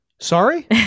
Sorry